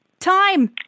Time